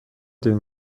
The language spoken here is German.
den